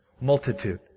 multitude